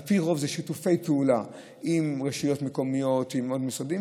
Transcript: על פי רוב אלה שיתופי פעולה עם רשויות מקומיות ועם עוד משרדים,